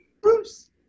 Bruce